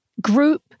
group